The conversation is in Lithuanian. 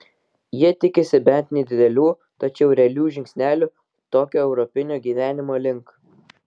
jie tikisi bent nedidelių tačiau realių žingsnelių tokio europinio gyvenimo link